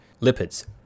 lipids